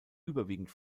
überwiegend